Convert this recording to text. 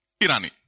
Irani